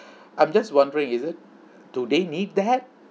I'm just wondering is it do they need that